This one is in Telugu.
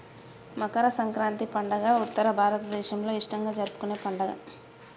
మకర సంక్రాతి పండుగ ఉత్తర భారతదేసంలో ఇష్టంగా జరుపుకునే పండుగ